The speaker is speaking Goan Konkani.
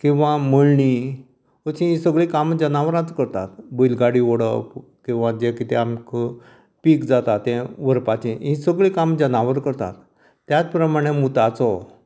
किंवां मळणी अशीं हीं सगळीं कामां जनावरांच करतात बैलगाडी ओडप तें वजें कितें आमकां पीक जाता तें वोडपाचें हें सगळें काम जनावर करता त्यात प्रमाणें मुताचो